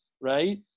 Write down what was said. right